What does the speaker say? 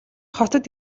хотод